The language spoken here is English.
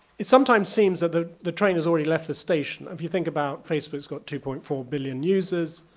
it sometimes seems that the the train has already left the station if you think about facebook's got two point four billion users,